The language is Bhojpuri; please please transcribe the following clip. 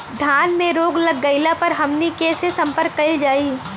धान में रोग लग गईला पर हमनी के से संपर्क कईल जाई?